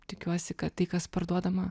tikiuosi kad tai kas parduodama